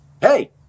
hey